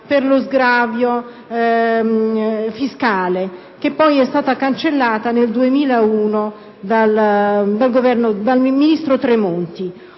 per lo sgravio fiscale, che è stata poi cancellata nel 2001 dal ministro Tremonti.